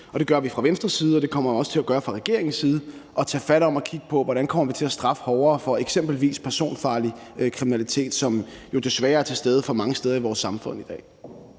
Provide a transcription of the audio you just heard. vi til fra Venstres side, og det kommer man også til at gøre fra regeringens side, at tage fat om det i forhold til at kigge på: Hvordan kommer vi til at straffe hårdere for eksempelvis personfarlig kriminalitet, som jo desværre er til stede for mange steder i vores samfund i dag?